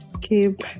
keep